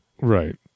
Right